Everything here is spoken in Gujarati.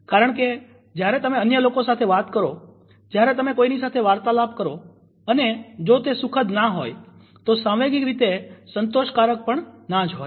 કારણ કે જયારે તમે અન્ય લોકો સાથે વાત કરો જયારે તમે કોઈ ની સાથે વાર્તાલાપ કરો અને જો તે સુખદ ના હોય તો સાંવેગિક રીતે સંતોષકારક પણ ના જ હોય